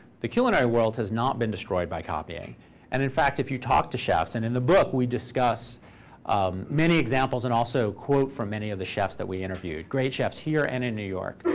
the culinary world has not been destroyed by copying and in fact, if you talk to chefs and in the book, we discuss many examples and also quote from many of the chefs that we interviewed, great chefs here and in new york.